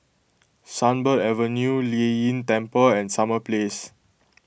Sunbird Avenue Lei Yin Temple and Summer Place